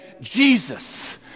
Jesus